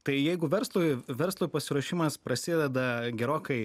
tai jeigu verslui verslui pasiruošimas prasideda gerokai